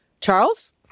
Charles